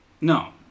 No